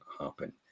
happen